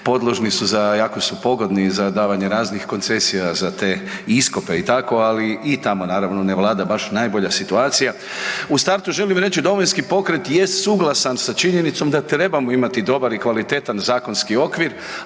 podložni su za, jako su pogodni za davanje raznih koncesija za te iskope i tako, ali i tamo naravno ne vlada baš najbolja situacija. U startu želim reći Domovinski pokret jest suglasan sa činjenicom da trebamo imati dobar i kvalitetan zakonski okvir,